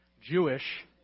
Jewish